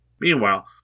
Meanwhile